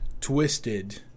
Twisted